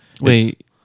Wait